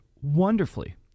wonderfully